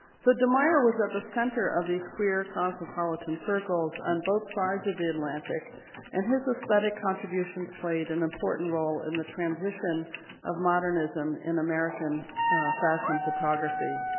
so de meyer was at the center of these queer cosmopolitan circles on both sides of the atlantic and his aesthetic contributions played an important role in the transition of modernism in american fashion photography.